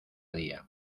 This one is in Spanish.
día